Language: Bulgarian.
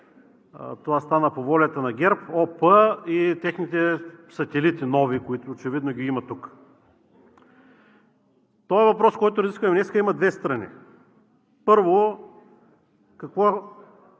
това стана по волята на ГЕРБ, ОП и техните нови сателити, които очевидно ги има тук. Този въпрос, който разискваме днес, има две страни. Първо, какво